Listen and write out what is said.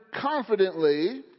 confidently